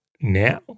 now